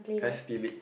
can I steal it